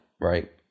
right